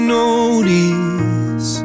notice